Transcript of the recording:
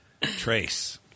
Trace